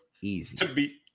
Easy